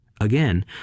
again